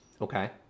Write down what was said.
Okay